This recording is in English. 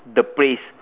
the place